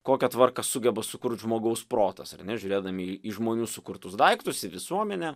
kokią tvarką sugeba sukurt žmogaus protas ar ne žiūrėdami į žmonių sukurtus daiktus į visuomenę